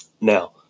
Now